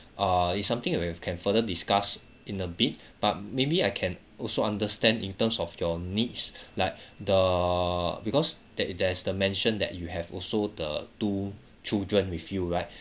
err it's something where we can further discuss in a bit but maybe I can also understand in terms of your needs like the because that there's the mentioned that you have also the two children with you right